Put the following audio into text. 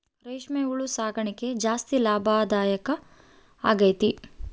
ರೇಷ್ಮೆ ಹುಳು ಸಾಕಣೆ ಜಾಸ್ತಿ ಲಾಭದಾಯ ಆಗೈತೆ